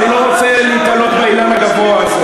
אבל אני לא רוצה להיתלות באילן הגבוה הזה.